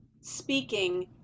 speaking